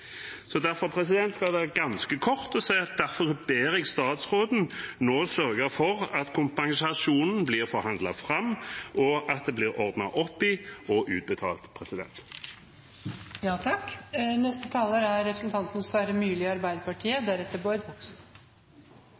skal jeg være ganske kort og si at derfor ber jeg statsråden nå sørge for at kompensasjonen blir forhandlet fram, og at det blir ordnet opp i og utbetalt.